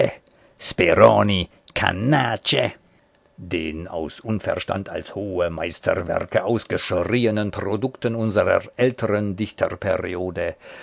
den aus unverstand als hohe meisterwerke ausgeschrienen produkten unserer älteren dichterperiode